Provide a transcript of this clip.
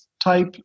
type